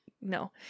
no